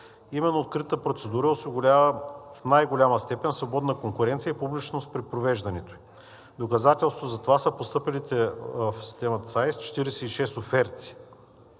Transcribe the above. Именно откритата процедура осигурява в най-голяма степен свободна конкуренция и публичност при провеждането ѝ. Доказателство за това са постъпилите в системата ЦАИС 46 оферти.